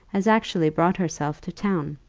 has actually brought herself to town.